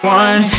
one